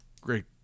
Great